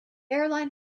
airline